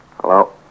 Hello